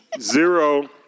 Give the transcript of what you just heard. Zero